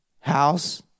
House